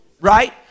right